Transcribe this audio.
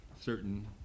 certain